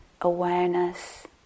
awareness